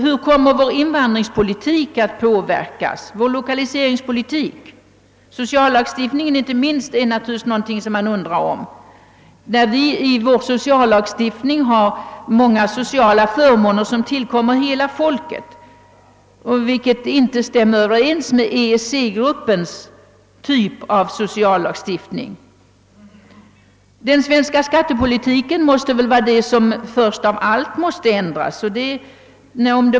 Hur kommer vår invandringspolitik och vår lokaliseringspolitik att påverkas? Inte minst undrar man hur det kan bli med vår sociallagstiftning. Vi har i denna många sociala förmåner som tillkommer hela folket, vilket inte stämmer överens med sociallagstiftningen inom EEC-gruppen. Den svenska skattepolitiken måste väl bli det som först av allt ändras.